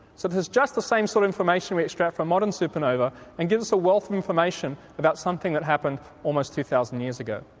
so this is just the same sort of information we extract from modern supernova and gives us a wealth of information about something that happened almost two thousand years ago.